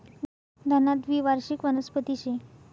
धना द्वीवार्षिक वनस्पती शे